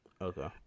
Okay